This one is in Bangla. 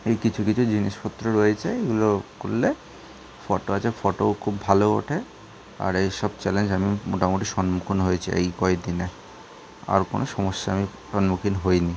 এই কিছু কিছু জিনিসপত্র রয়েছে এগুলো করলে ফটো আছে ফটোও খুব ভালো ওঠে আর এইসব চ্যালেঞ্জ আমি মোটামুটি সম্মুখীন হয়েছি এই কয়দিনে আর কোনও সমস্যার আমি সম্মুখীন হইনি